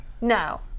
No